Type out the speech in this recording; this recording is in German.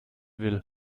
will